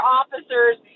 officers